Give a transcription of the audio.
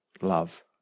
love